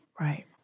Right